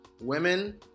Women